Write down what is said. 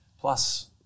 Plus